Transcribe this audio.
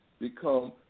become